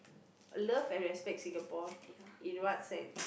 love and respect Singapore in what sense